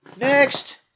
Next